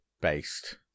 based